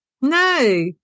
no